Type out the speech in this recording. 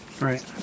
right